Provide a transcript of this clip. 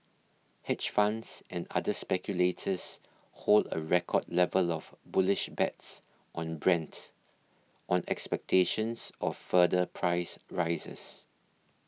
hedge funds and other speculators hold a record level of bullish bets on Brent on expectations of further price rises